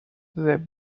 the